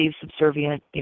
subservient